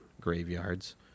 graveyards